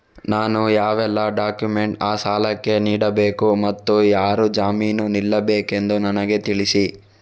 ನಾನು ಯಾವೆಲ್ಲ ಡಾಕ್ಯುಮೆಂಟ್ ಆ ಸಾಲಕ್ಕೆ ನೀಡಬೇಕು ಮತ್ತು ಯಾರು ಜಾಮೀನು ನಿಲ್ಲಬೇಕೆಂದು ನನಗೆ ತಿಳಿಸಿ?